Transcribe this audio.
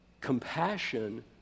compassion